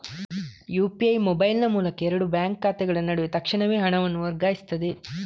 UPI ಮೊಬೈಲಿನ ಮೂಲಕ ಎರಡು ಬ್ಯಾಂಕ್ ಖಾತೆಗಳ ನಡುವೆ ತಕ್ಷಣವೇ ಹಣವನ್ನು ವರ್ಗಾಯಿಸ್ತದೆ